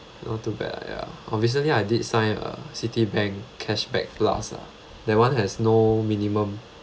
not too bad lah ya oh recently I did sign a citibank cash back plus lah that one has no minimum